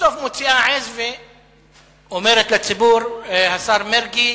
ובסוף מוציאה עז ואומרת לציבור, השר מרגי,